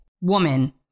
woman